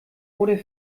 oder